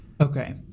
okay